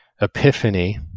epiphany